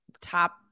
top